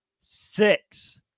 six